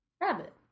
rabbit